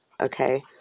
okay